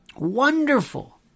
Wonderful